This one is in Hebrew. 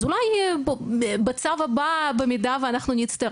אז אולי בצו הבא במידה ואנחנו נצטרך,